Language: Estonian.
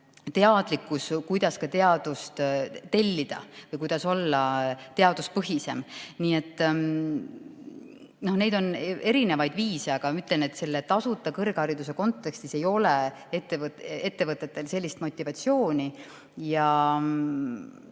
teadlikkus, kuidas teadust tellida ja olla teaduspõhisem. Nii et on erinevaid viise. Aga ütlen, et tasuta kõrghariduse kontekstis ei ole ettevõtetel sellist motivatsiooni.